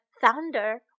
thunder